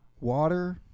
water